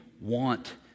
want